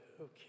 Okay